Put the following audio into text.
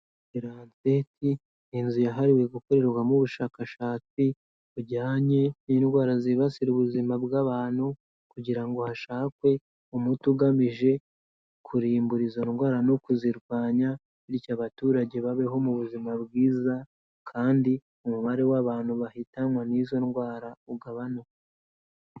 Lancet inzu yahariwe gukorerwamo ubushakashatsi bujyanye n'indwara zibasira ubuzima bw'abantu kugira ngo hashakwe umuti ugamije kurimbura izo ndwara no kuzirwanya, bityo abaturage babeho mu buzima bwiza kandi umubare w'abantu bahitanwa n'izo ndwara ugabanyuke.